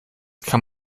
kann